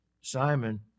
Simon